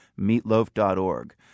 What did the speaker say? Meatloaf.org